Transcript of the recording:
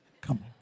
Come